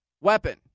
weapon